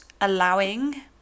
allowing